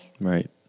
Right